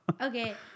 Okay